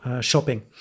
shopping